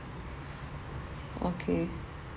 okay